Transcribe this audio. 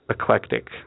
eclectic